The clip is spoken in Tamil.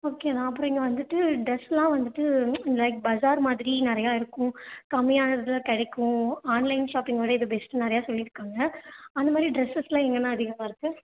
ஓகே அண்ணா அப்புறம் இங்கே வந்துவிட்டு ட்ரெஸ் எல்லாம் வந்துவிட்டு லைக் பஜார் மாதிரி நிறையா இருக்கும் கம்மியான விதத்தில் கிடைக்கும் ஆன்லைன் ஷாப்பிங் விட இது பெஸ்ட்ன்னு நிறைய சொல்லி இருக்காங்க அந்த மாதிரி ட்ரெஸ்ஸஸ் எல்லாம் எங்கே அண்ணா அதிகமாக இருக்கு